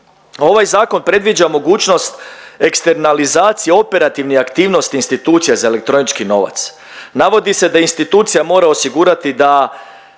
ovaj zakon predviđa mogućnost eksternalizacije operativni aktivnosti institucija za elektronički novac. Navodi se da institucija mora osigurati da